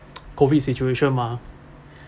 COVID situation mah